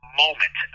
moment